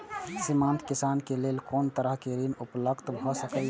सीमांत किसान के लेल कोन तरहक ऋण उपलब्ध भ सकेया?